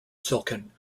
silkin